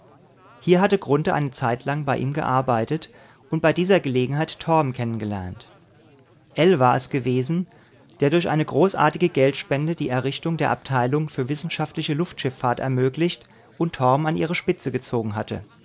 hier hatte grunthe eine zeitlang bei ihm gearbeitet und bei dieser gelegenheit torm kennengelernt ell war es gewesen der durch eine großartige geldspende die errichtung der abteilung für wissenschaftliche luftschiffahrt ermöglicht und torm an ihre spitze gezogen hatte